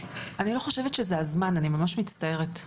אני לא חושבת שזה הזמן, אני ממש מצטערת.